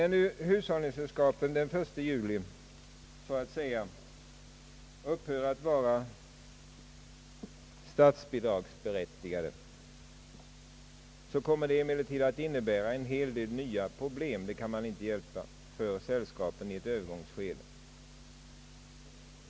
När hushållningssällskapen den 1 juli i år upphör att vara statsbidragsberättigade kommer det emellertid att innebära en hel del nya problem för hushållningssällskapen i ett övergångsskede.